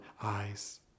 eyes